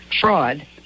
fraud